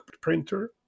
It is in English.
printer